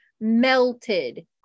melted